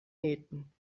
nähten